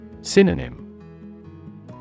Synonym